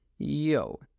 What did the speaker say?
Yo